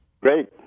Great